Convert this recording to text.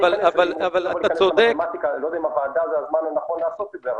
יודע אם הוועדה זה הזמן הנכון לעשות את זה,